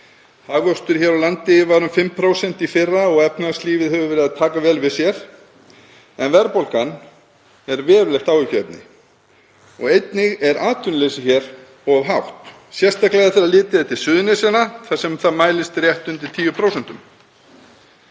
Hagvöxtur hér á landi var um 5% í fyrra og efnahagslífið hefur verið að taka vel við sér en verðbólgan er verulegt áhyggjuefni og einnig er atvinnuleysi hér of hátt, sérstaklega þegar litið er til Suðurnesjanna þar sem það mælist rétt undir 10%.